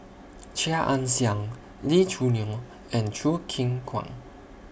Chia Ann Siang Lee Choo Neo and Choo Keng Kwang